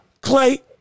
Clay